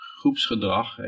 groepsgedrag